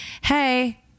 hey